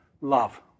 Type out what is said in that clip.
Love